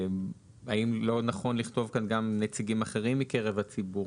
האם לא נכון לכתוב כאן גם נציגים אחרים מקרב הציבור?